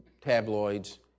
tabloids